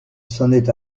sonnait